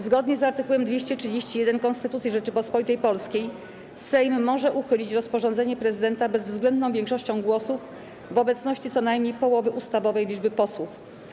Zgodnie z art. 231 Konstytucji Rzeczypospolitej Polskiej Sejm może uchylić rozporządzenie prezydenta bezwzględną większością głosów w obecności co najmniej połowy ustawowej liczby posłów.